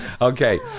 Okay